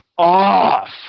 Off